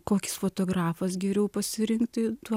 koks fotografas geriau pasirinkti tuo